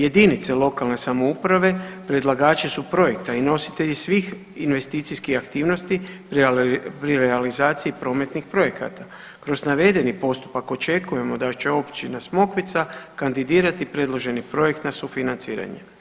Jedinice lokalne samouprave predlagači su projekta i nositelji svih investicijskih aktivnosti pri realizaciji prometnih projekata, Kroz navedeni postupak očekujemo da će općina Smokvica kandidati predloženi projekt na sufinanciranje.